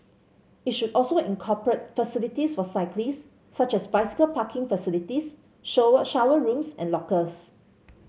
it should also incorporate facilities for cyclists such as bicycle parking facilities shower rooms and lockers